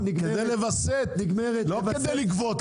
כדי לווסת, לא כדי לגבות.